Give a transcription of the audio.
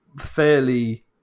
fairly